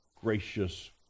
gracious